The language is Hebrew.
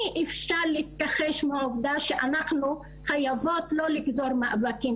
אי אפשר להתכחש לעובדה שאנחנו חייבות לא לגזור מאבקים,